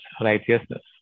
righteousness